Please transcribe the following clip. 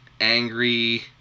angry